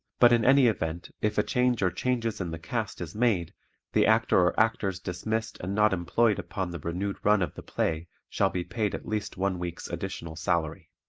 but in any event if a change or changes in the cast is made the actor or actors dismissed and not employed upon the renewed run of the play shall be paid at least one week's additional salary.